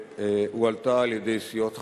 שהועלתה על-ידי סיעות חד"ש,